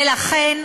ולכן,